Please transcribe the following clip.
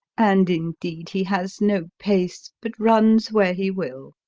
and indeed he has no pace, but runs where he will.